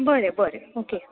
बरें बरें ओके